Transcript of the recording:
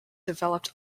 developed